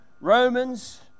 Romans